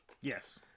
yes